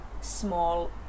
small